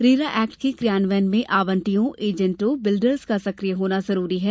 RERA act के क्रियान्वयन में आवंटियों एजेंटों बिल्डर्स का सक्रिय सहयोग जरूरी है